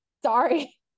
Sorry